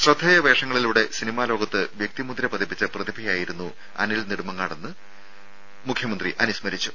ശ്രദ്ധേയ വേഷങ്ങളിലൂടെ സിനിമാ ലോകത്ത് വ്യക്തിമുദ്ര പതിപ്പിച്ച പ്രതിഭയായിരുന്നു അനിൽ നെടുമങ്ങാടെന്ന് മുഖ്യമന്ത്രി അനുസ്മരിച്ചു